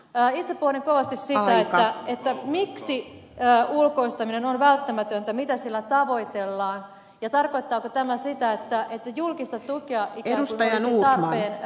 itse pohdin kovasti sitä miksi ulkoistaminen on välttämätöntä mitä sillä tavoitellaan ja tarkoittaako tämä sitä että julkista tukea ikään kuin olisi tarpeen jatkossa kaventaa